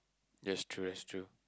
that's true that's true